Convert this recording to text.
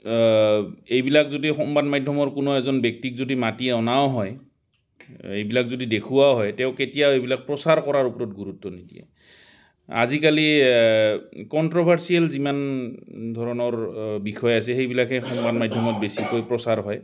এইবিলাক যদি সংবাদ মাধ্যমৰ কোনো এজন ব্যক্তিক যদি মাতি অনাও হয় এইবিলাক যদি দেখুওৱাও হয় তেওঁ কেতিয়াও এইবিলাক প্ৰচাৰ কৰাৰ ওপৰত গুৰুত্ব নিদিয়ে আজিকালি কণ্ট্ৰভাৰ্চিয়েল যিমান ধৰণৰ বিষয় আছে সেইবিলাকহে সংবাদ মাধ্যমত বেছিকৈ প্ৰচাৰ হয়